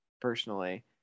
personally